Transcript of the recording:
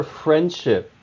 friendship